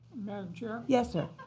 chair. yes, sir.